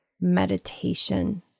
meditation